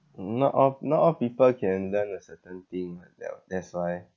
n~ not all not all people can learn a certain thing like that orh that's why